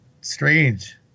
strange